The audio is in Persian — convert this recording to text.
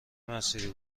مسیری